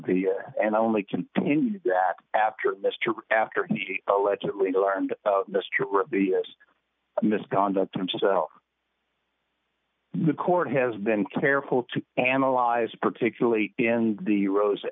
the and only continued that after mr after he allegedly learned the misconduct himself the court has been careful to analyze particularly in the rose